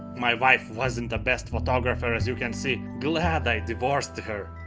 my wife wasn't a best photographer as you can see. glad i divorced her.